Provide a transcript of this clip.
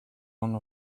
one